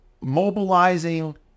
mobilizing